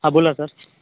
हा बोला सर